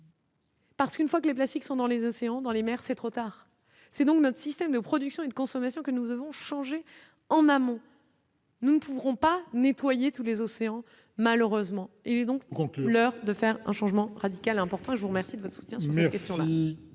Parce qu'une fois que les plastiques sont dans les océans, dans les mers, c'est trop tard, c'est donc notre système de production et de consommation que nous avons changé en amont. Nous ne pourrons pas nettoyé tous les océans, malheureusement, il est donc conclu leur de faire un changement radical important, je vous remercie de votre. C'est-à-dire sur la